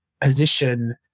position